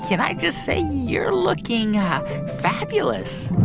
can i just say, you're looking fabulous?